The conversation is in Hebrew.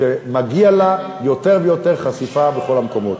שמגיעה לה יותר ויותר חשיפה בכל המקומות.